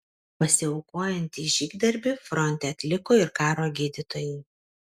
pasiaukojantį žygdarbį fronte atliko ir karo gydytojai